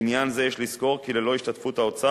בעניין זה יש לזכור כי ללא השתתפות האוצר,